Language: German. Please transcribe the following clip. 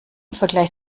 vergleich